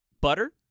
Butter